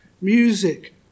music